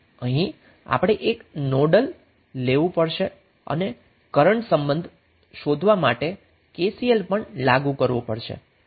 અહીં આપણે એક નોડલ લવુ પડશે અને કરન્ટ સમ્બંધ શોધવા માટે KCL પણ લાગુ કરવું પડશે